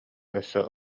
өссө